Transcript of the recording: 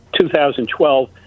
2012